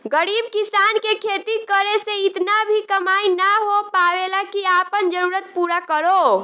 गरीब किसान के खेती करे से इतना भी कमाई ना हो पावेला की आपन जरूरत पूरा करो